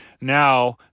now